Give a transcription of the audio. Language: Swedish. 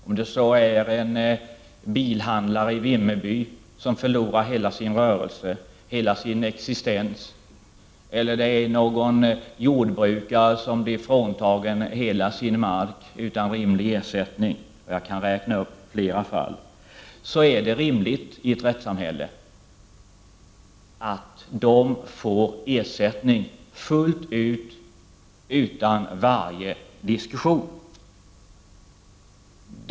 Det handlar om en bilhandlare i Vimmerby som förlorar hela sin rörelse och därmed hela sin existens. Det handlar också om en jordbrukare som blir fråntagen hela sin mark utan rimlig ersättning. Jag kan räkna upp fler exempel. Men det är rimligt att dessa personer i ett rättssamhälle får ersättning fullt ut utan varje diskussion.